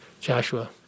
Joshua